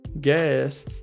gas